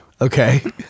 Okay